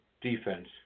defense